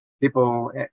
people